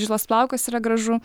žilas plaukas yra gražu